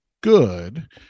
good